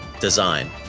Design